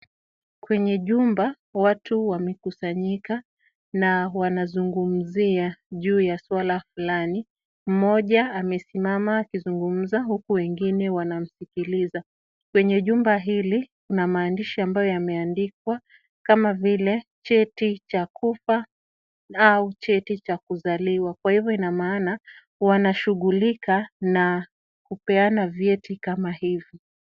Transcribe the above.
Kwenye jumba, watu wamekusanyika na wanazungumzia juu ya suala fulani. Mmoja amesimama akizungumza, huku wengine wanamsikiliza. Kwenye jumba hili, kuna maandishi ambayo yameandikwa kama vile 'cheti cha kufa' au 'cheti cha kuzaliwa'. Kwa hivyo ina maana, wanashughulika na kupeana vyeti kama hivi.